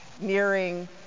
nearing